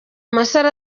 masaro